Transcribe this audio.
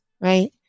right